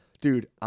Dude